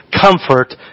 comfort